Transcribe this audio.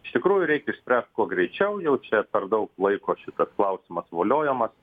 iš tikrųjų reikia išspręst kuo greičiau jau čia per daug laiko šitas klausimas voliojamas